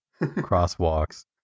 crosswalks